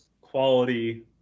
quality